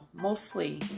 mostly